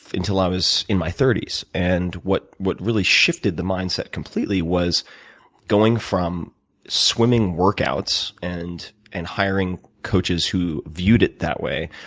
until i was in my thirty s. and what what really shifted the mindset completely was going from swimming workouts, and and hiring coaches who viewed it that way,